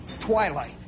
Twilight